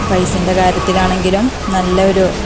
പൈസേൻ്റെ കാര്യത്തിലാണെങ്കിലും നല്ലൊരു